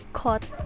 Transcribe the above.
caught